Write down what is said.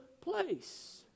place